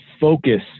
focus